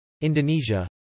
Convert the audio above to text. Indonesia